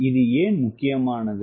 இது ஏன் முக்கியமானது